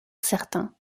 certains